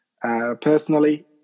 personally